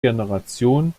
generation